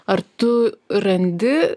ar tu randi